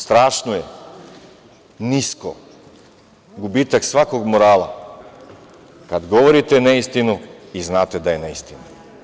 Strašno je nisko, gubitak svakog morala – kada govorite neistinu i znate da je neistina.